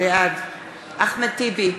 בעד אחמד טיבי,